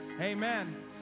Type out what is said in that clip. Amen